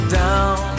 down